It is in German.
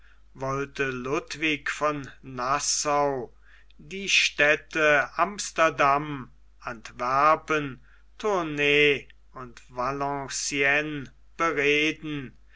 wollte ludwig von nassau die städte amsterdam antwerpen tournay und valenciennes bereden